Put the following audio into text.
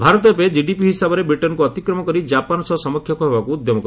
ଭାରତ ଏବେ ଜିଡିପି ହିସାବରେ ବ୍ରିଟେନ୍କୁ ଅତିକ୍ରମ କରି ଜାପାନ ସହ ସମକକ୍ଷ ହେବାକୁ ଉଦ୍ୟମ କରୁଛି